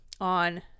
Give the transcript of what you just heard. on